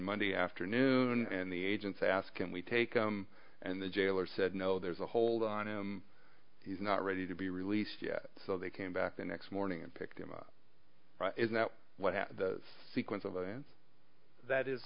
monday afternoon and the agents asked can we take them and the jailer said no there's a hold on him he's not ready to be released yet so they came back the next morning and picked him up is that what has the sequence of events that is